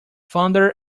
thunder